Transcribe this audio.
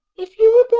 if you were